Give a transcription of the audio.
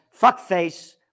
fuckface